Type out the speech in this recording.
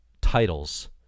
titles